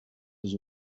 has